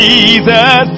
Jesus